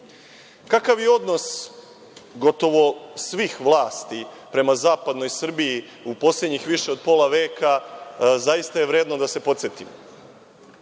nivou. Kakav je odnos gotovo svih vlasti prema zapadnoj Srbiji u poslednjih više od pola veka, zaista je vredno da se podsetimo.